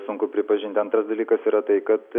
sunku pripažinti antras dalykas yra tai kad